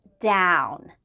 down